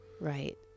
Right